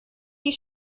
die